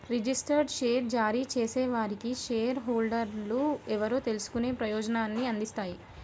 registered share జారీ చేసేవారికి share హోల్డర్లు ఎవరో తెలుసుకునే ప్రయోజనాన్ని అందిస్తాయి